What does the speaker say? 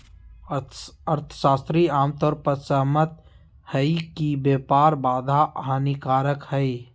अर्थशास्त्री आम तौर पर सहमत हइ कि व्यापार बाधा हानिकारक हइ